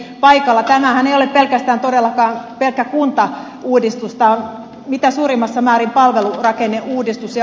tämähän ei ole todellakaan pelkkä kuntauudistus tämä on mitä suurimmassa määrin palvelurakenneuudistus